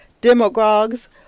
demagogues